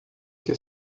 que